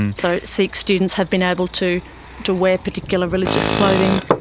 and so sikh students have been able to to wear particular religious clothing,